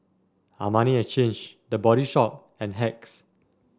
Armani Exchange The Body Shop and Hacks